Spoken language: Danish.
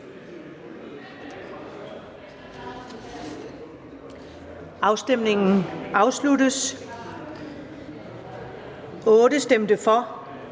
Afstemningen afsluttes. (Afstemningen